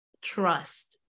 Trust